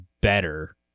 better